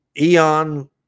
eon